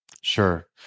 Sure